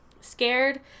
Scared